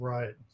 Right